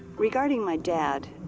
regarding my dad,